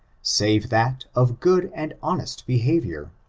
save that of good and honest behavior.